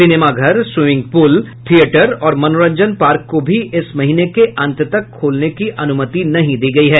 cinema घर swimming pool theatre और मनोरंजन पार्क को भी इस महीने के अंत तक खोलने की अनुमति नहीं दी गयी है